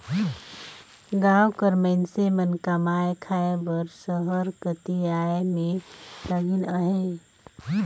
गाँव कर मइनसे मन कमाए खाए बर सहर कती आए में लगिन अहें